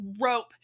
rope